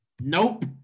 Nope